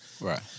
Right